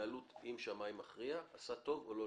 להתנהלות עם שמאי מכריע עשה טוב לשוק או לא?